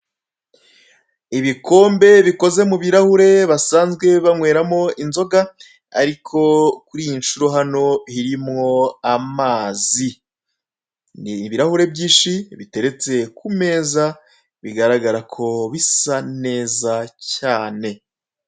Ibikombe bikoze mubirahure basanzwe banyweramo inzoga, ariko kuri iyi nshuro hano birimo amazi. Ni ibirahure byinshi biteretse ku meza bigaragarako bisa neza cyane.